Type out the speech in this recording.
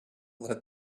let